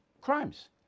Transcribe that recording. crimes